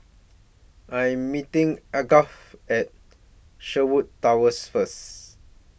I'm meeting Algot At Sherwood Towers First